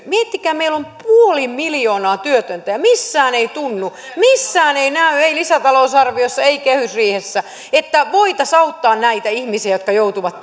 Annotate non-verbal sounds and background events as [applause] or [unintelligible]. miettikää meillä on puoli miljoonaa työtöntä ja missään ei tunnu missään ei näy ei lisätalousarviossa ei kehysriihessä että voitaisiin auttaa näitä ihmisiä jotka joutuvat [unintelligible]